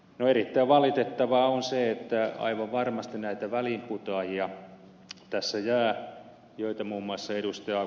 erittäin valitettavaa on se että aivan varmasti näitä väliinputoajia tässä jää joita muun muassa ed